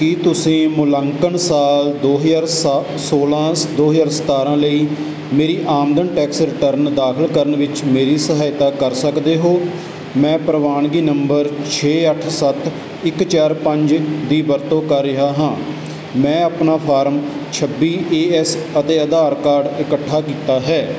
ਕੀ ਤੁਸੀਂ ਮੁਲਾਂਕਣ ਸਾਲ ਦੋ ਹਜ਼ਾਰ ਸਾ ਸੌਲ੍ਹਾਂ ਦੋ ਹਜ਼ਾਰ ਸਤਾਰ੍ਹਾਂ ਲਈ ਮੇਰੀ ਆਮਦਨ ਟੈਕਸ ਰਿਟਰਨ ਦਾਖਲ ਕਰਨ ਵਿੱਚ ਮੇਰੀ ਸਹਾਇਤਾ ਕਰ ਸਕਦੇ ਹੋ ਮੈਂ ਪ੍ਰਵਾਨਗੀ ਨੰਬਰ ਛੇ ਅੱਠ ਸੱਤ ਇੱਕ ਚਾਰ ਪੰਜ ਦੀ ਵਰਤੋਂ ਕਰ ਰਿਹਾ ਹਾਂ ਮੈਂ ਆਪਣਾ ਫਾਰਮ ਛੱਬੀ ਏ ਐੱਸ ਅਤੇ ਆਧਾਰ ਕਾਰਡ ਇਕੱਠਾ ਕੀਤਾ ਹੈ